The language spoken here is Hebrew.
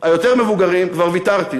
המבוגרים יותר כבר ויתרתי,